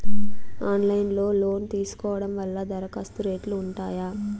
Online లో loan తీసుకోవడం వల్ల దరఖాస్తు రేట్లు ఉంటాయా?